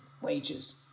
wages